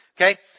Okay